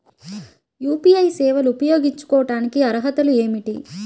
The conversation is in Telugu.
యూ.పీ.ఐ సేవలు ఉపయోగించుకోటానికి అర్హతలు ఏమిటీ?